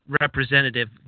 representative